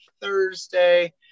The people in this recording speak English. Thursday